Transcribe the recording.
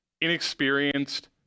inexperienced